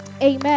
Amen